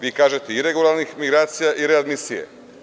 Vi kažete - iregularnih migracija i readmisije.